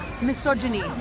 misogyny